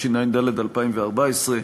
התשע"ד 2014,